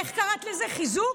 איך קראת לזה, חיזוק?